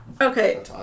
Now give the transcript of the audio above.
Okay